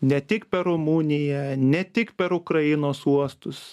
ne tik per rumuniją ne tik per ukrainos uostus